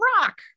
rock